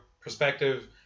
perspective